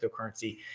cryptocurrency